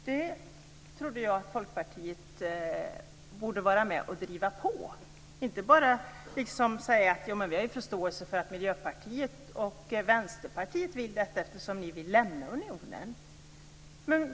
Detta trodde jag att Folkpartiet skulle vara med och driva och inte bara säga: Vi har förståelse för att Miljöpartiet och Vänsterpartiet vill detta eftersom ni vill lämna unionen.